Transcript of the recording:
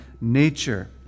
nature